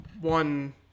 one